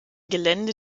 gelände